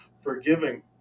forgiving